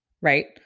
Right